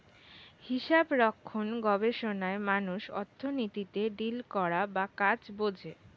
হিসাবরক্ষণ গবেষণায় মানুষ অর্থনীতিতে ডিল করা বা কাজ বোঝে